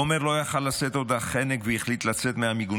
עומר לא היה יכול לשאת עוד את החנק והחליט לצאת מהמיגונית,